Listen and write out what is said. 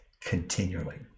continually